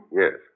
yes